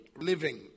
living